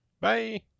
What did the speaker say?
Bye